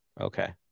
Okay